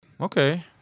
Okay